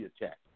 attack